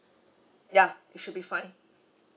ya it should be fine